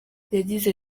yagize